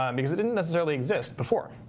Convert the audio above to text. um because it didn't necessarily exist before.